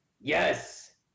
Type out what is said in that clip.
Yes